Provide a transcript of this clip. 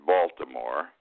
Baltimore